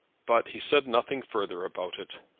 but he said nothing further about it.